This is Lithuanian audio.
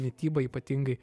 mityba ypatingai